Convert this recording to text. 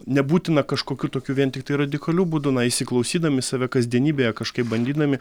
nebūtina kažkokiu tokiu vien tiktai radikaliu būdu na įsiklausydami save kasdienybėje kažkaip bandydami